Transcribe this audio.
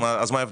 אז מה ההבדל?